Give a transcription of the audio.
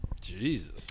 Jesus